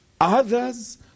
Others